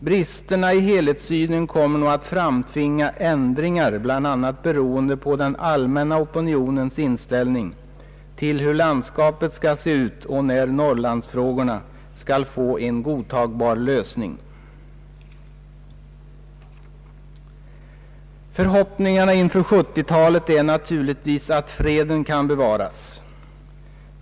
Bristerna i helhetssynen kommer nog att framtvinga ändringar, bl.a. beroende på den allmänna opinionens inställning till hur landskapet skall se ut och på när Norrlandsfrågorna skall få en godtagbar lösning. Förhoppningarna inför 1970-talet är naturligtvis att freden kan bevaras.